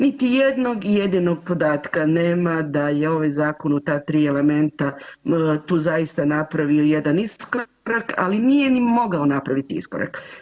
Niti jednog jedinog podatka nema da je ovaj zakon u ta 3 elementa tu zaista napravio jedan iskorak, ali nije ni mogao napraviti iskorak.